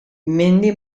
mendi